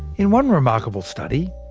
in one remarkable study,